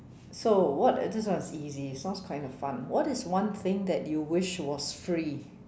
so what this one is easy sounds kind of fun what is one thing that you wish was free